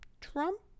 trump